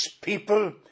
people